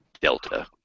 Delta